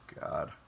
god